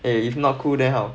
eh if not cool I'll